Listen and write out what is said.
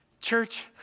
Church